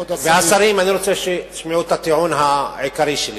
אני רוצה שתשמעו את הטיעון העיקרי שלי,